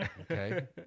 okay